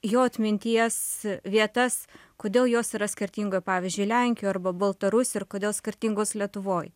jo atminties vietas kodėl jos yra skirtingoj pavyzdžiui lenkijoj arba baltarusijoj ir kodėl skirtingos lietuvoj